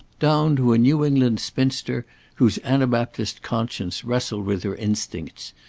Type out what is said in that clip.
down to a new england spinster whose anabaptist conscience wrestled with her instincts,